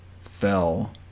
fell